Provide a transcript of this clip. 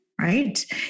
right